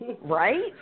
Right